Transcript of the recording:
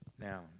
Now